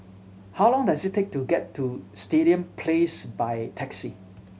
how long does it take to get to Stadium Place by taxi